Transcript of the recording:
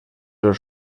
los